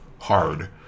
hard